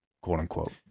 quote-unquote